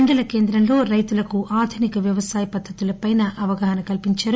మండల కేంద్రంలో రైతులకు ఆధునిక వ్యవసాయ పద్గతులపై అవగాహన కల్సించారు